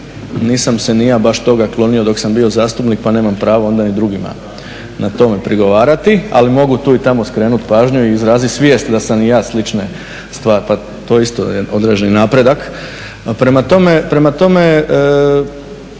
Pa to je isto određeni napredak. Prema tome,